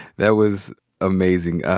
that was amazing.